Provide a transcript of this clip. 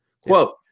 Quote